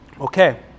Okay